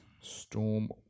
Storm